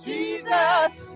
Jesus